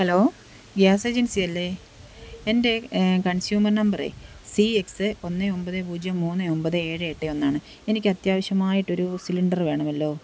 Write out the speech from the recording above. hello gas agency അല്ലേ എൻ്റെ consumer നമ്പറേ സി എക്സ് ഒന്ന് ഒമ്പത് പൂജ്യം മൂന്ന് ഒമ്പത് ഏഴ് എട്ട് ഒന്നാണ് എനിക്ക് അത്യാവശ്യമായിട്ടൊരു സിലിണ്ടർ വേണമല്ലോ